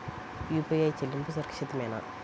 UPI చెల్లింపు సురక్షితమేనా?